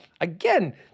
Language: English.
again